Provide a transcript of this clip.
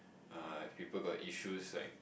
uh if people got issues like